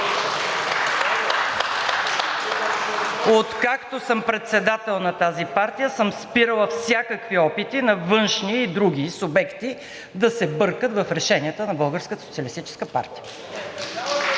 Откакто съм председател на тази партия, съм спирала всякакви опити на външни и други субекти да се бъркат в решенията на Българската социалистическа партия.